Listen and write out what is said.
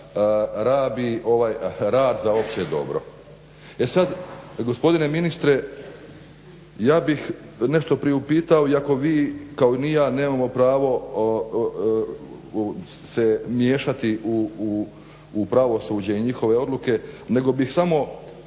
rad za opće dobro.